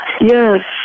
Yes